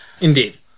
Indeed